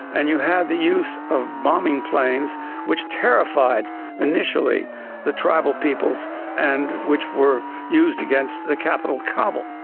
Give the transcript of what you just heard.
and you had the use of bombing planes which terrified initially the tribal peoples and which were used against the capital, kabul.